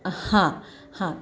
हां हां